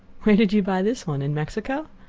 where did you buy this one? in mexico?